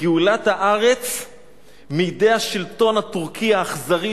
בגאולת הארץ מידי השלטון הטורקי האכזרי,